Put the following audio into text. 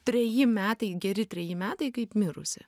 treji metai geri treji metai kaip mirusi